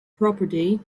property